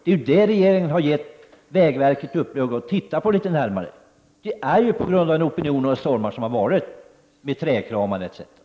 Här har ju regeringen gett vägverket i uppdrag att se på det där litet närmare, och det beror ju på de opinionsstormar som har förekommit, med trädkramare och annat.